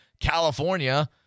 California